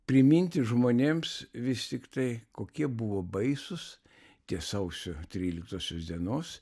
priminti žmonėms vis tiktai kokie buvo baisūs tie sausio tryliktosios dienos